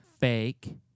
fake